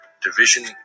Division